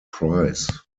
prize